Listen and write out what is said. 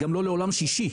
גם לא לעולם שישי.